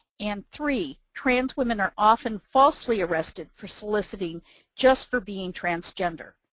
and, three, trans women are often falsely arrested for soliciting just for being transgender.